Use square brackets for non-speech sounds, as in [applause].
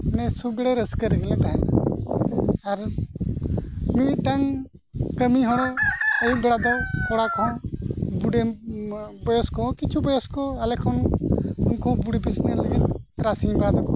ᱱᱮᱥ ᱦᱚᱸ ᱵᱟᱲᱮ ᱨᱟᱹᱥᱠᱟᱹ ᱨᱮᱜᱮᱞᱮ ᱛᱟᱦᱮᱱᱟ ᱟᱨ ᱢᱤᱼᱢᱤᱫᱴᱟᱝ ᱠᱟᱹᱢᱤ ᱦᱚᱲ ᱫᱚ ᱟᱹᱭᱩᱵ ᱵᱮᱲᱟ ᱫᱚ ᱠᱚᱲᱟ ᱠᱚᱫᱚ [unintelligible] ᱵᱚᱭᱚᱥᱠᱚ ᱦᱚᱸ ᱠᱤᱪᱷᱩ ᱵᱚᱭᱚᱥᱠᱚ ᱟᱞᱮ ᱠᱷᱚᱱ ᱩᱱᱠᱩ [unintelligible] ᱞᱟᱹᱜᱤᱫ ᱛᱟᱨᱟᱥᱤᱧ ᱵᱮᱲᱟ ᱫᱚᱠᱚ